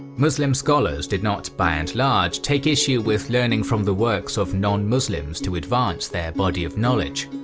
muslim scholars did not by and large take issue with learning from the works of non-muslims to advance their body of knowledge.